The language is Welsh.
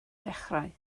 ddechrau